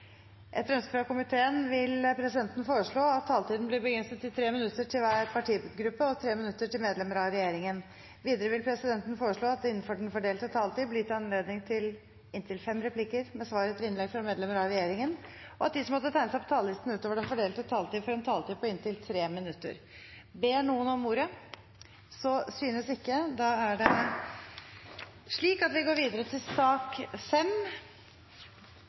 Etter ønske fra kommunal- og forvaltningskomiteen vil presidenten foreslå at taletiden blir begrenset til 3 minutter til hver partigruppe og 3 minutter til medlemmer av regjeringen. Videre vil presidenten foreslå at det – innenfor den fordelte taletid – blir gitt anledning til inntil fem replikker med svar etter innlegg fra medlemmer av regjeringen, og at de som måtte tegne seg på talerlisten utover den fordelte taletid, får en taletid på inntil 3 minutter. Ingen har bedt om ordet. Etter ønske fra utdannings- og forskningskomiteen vil presidenten foreslå at taletiden blir begrenset til